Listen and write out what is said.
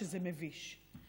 שזה מביש: